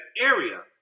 area